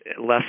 less